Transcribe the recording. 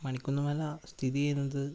മണിക്കുന്ന് മല സ്ഥിതിചെയ്യുന്നത്